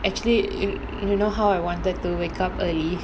actually it you know how I wanted to wake up early